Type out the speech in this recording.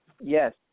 Yes